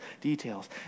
details